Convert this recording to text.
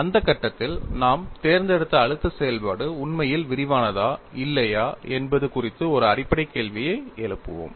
அந்த கட்டத்தில் நாம் தேர்ந்தெடுத்த அழுத்த செயல்பாடு உண்மையில் விரிவானதா இல்லையா என்பது குறித்து ஒரு அடிப்படை கேள்வியை எழுப்புவோம்